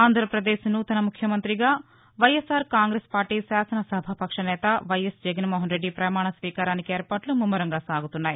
ఆంధ్రాపదేశ్ నూతన ముఖ్యమంతిగా YSR Congress party శాసన సభాపక్ష నేత వైఎస్ జగన్మోహన్రెడ్డి ప్రమాణస్వీకారానికి ఏర్పాట్లు ముమ్మరంగా సాగుతున్నాయి